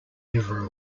liver